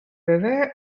river